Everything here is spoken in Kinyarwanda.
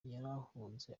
yarahunze